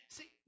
See